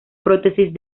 prótesis